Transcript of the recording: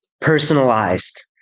personalized